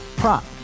prop